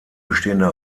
bestehende